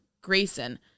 Grayson